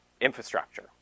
infrastructure